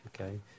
Okay